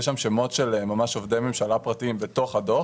בתוך הדוח